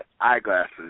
eyeglasses